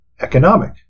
economic